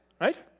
Right